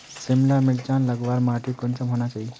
सिमला मिर्चान लगवार माटी कुंसम होना चही?